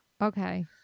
Okay